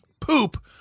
poop